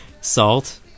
salt